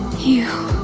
you